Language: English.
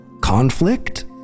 conflict